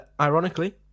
Ironically